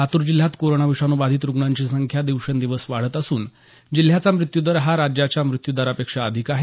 लातूर जिल्ह्यात कोरोना विषाणू बाधीत रुग्णांची संख्या दिवेंसदिवस वाढत असून जिल्ह्याचा मृत्यू दर हा राज्याच्या मृत्यू दरापेक्षा अधिक आहे